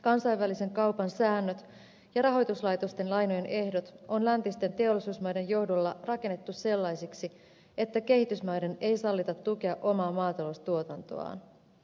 kansainvälisen kaupan säännöt ja rahoituslaitosten lainojen ehdot on läntisten teollisuusmaiden johdolla rakennettu sellaisiksi että kehitysmaiden ei sallita tukea omaa maataloustuotantoaan